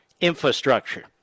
infrastructure